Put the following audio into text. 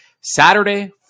Saturday